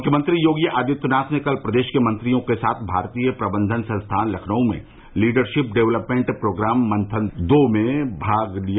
मुख्यमंत्री योगी आदित्यनाथ ने कल प्रदेश के मंत्रियों के साथ भारतीय प्रबंधन संस्थान लखनऊ में लीडरशिप डेवलपमेंट प्रोग्राम मंथन दो में भाग लिया